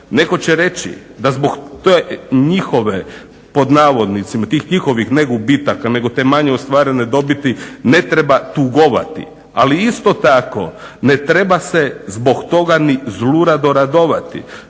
Netko će reći da zbog te njihove pod navodnicima tih njihovih ne gubitaka nego te manje ostvarene dobiti ne treba tugovati. Ali isto tako ne treba se zbog toga ni zlurado radovati.